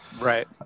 Right